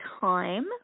time